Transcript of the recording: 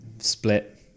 split